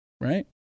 right